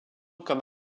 comme